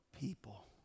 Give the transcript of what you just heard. people